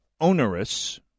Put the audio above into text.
onerous